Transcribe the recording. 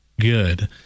good